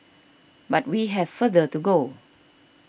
but we have further to go